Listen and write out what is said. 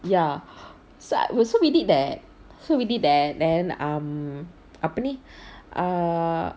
ya so so we did that so we did that then um apa ni err